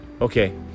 Okay